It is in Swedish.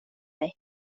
mig